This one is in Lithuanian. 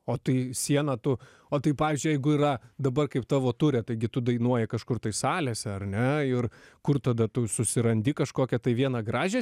o tai sieną tu o tai pavyzdžiui jeigu yra dabar kaip tavo ture taigi tu dainuoji kažkur tai salėse ar ne ir kur tada tu susirandi kažkokią tai vieną gražią